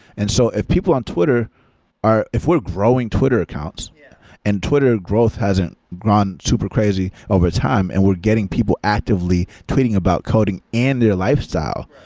and so, if people on twitter if we're growing twitter accounts yeah and twitter growth hasn't gone super crazy overtime and we're getting people actively tweeting about coding and their lifestyle.